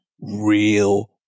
real